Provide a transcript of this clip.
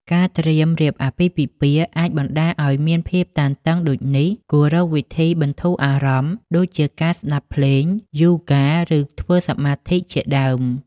ការត្រៀមរៀបអាពាហ៍ពិពាហ៍អាចបណ្តាលឱ្យមានភាពតានតឹងដូចនេះ គួររកវិធីបន្ធូរអារម្មណ៍ ដូចជាការស្តាប់ភ្លេង យូហ្គា ឬធ្វើសមាធិជាដើម ។